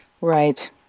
Right